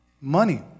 money